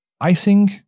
Icing